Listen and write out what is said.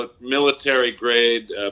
military-grade